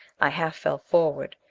i half fell forward.